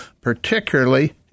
particularly